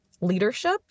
leadership